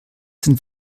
sind